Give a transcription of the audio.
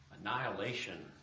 Annihilation